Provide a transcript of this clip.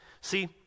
See